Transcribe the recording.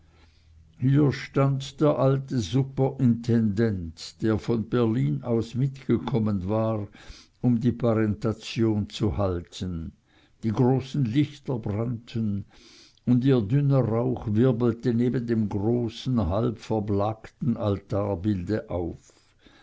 hier stand der alte generalsuperintendent der von berlin aus mitgekommen war um die parentation zu halten die großen lichter brannten und ihr dünner rauch wirbelte neben dem großen halbverblakten altarbilde auf